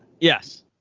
Yes